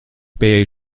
beige